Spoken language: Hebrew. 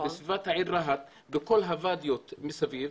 בסביבת העיר רהט בכל הוואדיות מסביב.